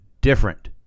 different